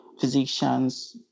physicians